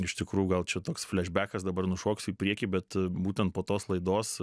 iš tikrųjų gal čia toks flešbekas dabar nušoksiu į priekį bet būtent po tos laidos